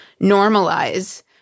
normalize